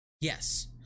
Yes